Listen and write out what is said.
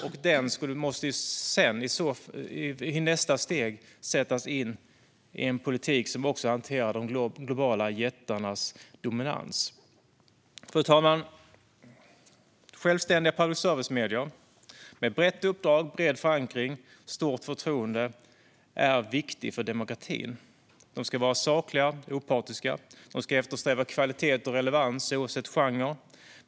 Och detta måste i nästa steg sättas in i en politik som också hanterar de globala jättarnas dominans. Fru talman! Självständiga public service-medier med ett brett uppdrag, en bred förankring och ett stort förtroende är viktiga för demokratin. De ska vara sakliga och opartiska. Det ska eftersträva kvalitet och relevans oavsett genre.